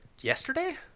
yesterday